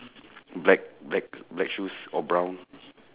black black black shoes or brown